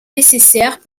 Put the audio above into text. nécessaires